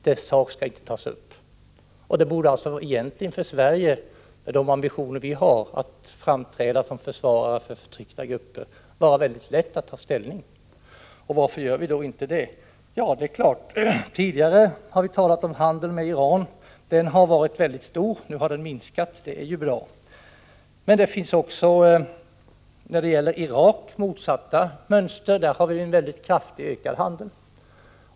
Dess sak skall inte tas upp. Det borde alltså för Sverige, med de ambitioner vårt land har att framträda som försvarare för förtryckta grupper, vara mycket lätt att ta ställning. Varför gör vi då inte det? Prot. 1985/86:37 27 november 1985 omfattande. Nu har den minskat, och det är bra. När det gäller Irak finns det Ja, tidigare har vi här talat om handeln med Iran, som har varit mycket ett omvänt mönster. Med det landet har vi en kraftigt ökande handel.